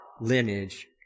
lineage